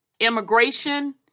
Immigration